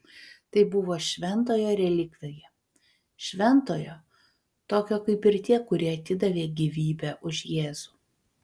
tai buvo šventojo relikvija šventojo tokio kaip ir tie kurie atidavė gyvybę už jėzų